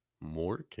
more